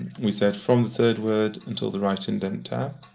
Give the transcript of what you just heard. we said, from the third word until the right-indent tab.